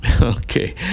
Okay